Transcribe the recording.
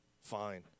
fine